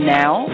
now